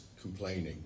complaining